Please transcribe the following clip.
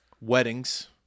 weddings